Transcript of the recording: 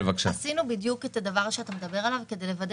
עשינו בדיוק את הדבר שאתה מדבר עליו כדי לוודא